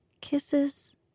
Kisses